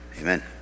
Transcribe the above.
Amen